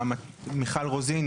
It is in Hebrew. מיכל רוזין,